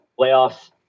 playoffs